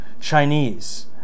Chinese